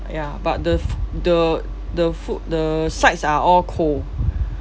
ya but the fo~ the the food the sides are all cold